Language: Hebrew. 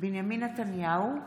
בנימין נתניהו,